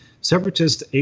Separatist